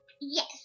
yes